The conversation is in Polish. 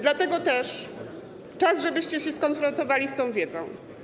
Dlatego też czas, żebyście się skonfrontowali z tą wiedzą.